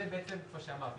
כפי שאמרתי,